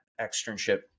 externship